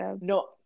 no